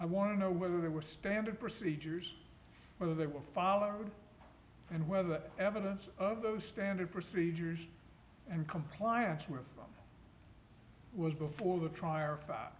i want to know whether there were standard procedures whether they were followed and whether evidence of those standard procedures and compliance with them was before the trial